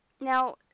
Now